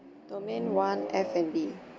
domain one F and B